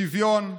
שוויון,